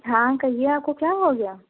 हाँ कहिए आपको क्या हो गया